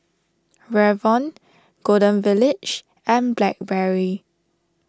Revlon Golden Village and Blackberry